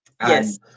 Yes